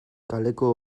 kaleko